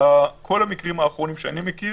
בכל המקרים האחרונים שאני מכיר,